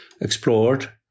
explored